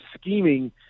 scheming